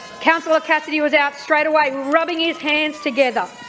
councillor cassidy was out straight away rubbing his hands together.